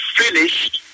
finished